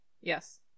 Yes